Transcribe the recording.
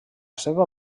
seva